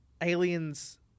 Aliens